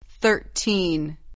Thirteen